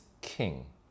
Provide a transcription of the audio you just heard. king